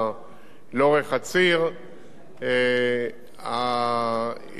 ההתדיינות הזאת ממשיכה,